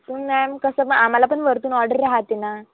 ma'am कसं मग आम्हाला पण वरतून ऑर्डर राहते ना